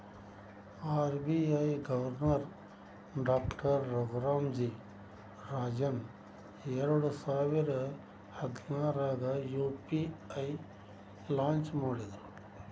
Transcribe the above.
RBI governor doctor Raghuram G Rajan ಎರಡಸಾವಿರ ಹದ್ನಾರಾಗ UPI launch ಮಾಡಿದ್ರು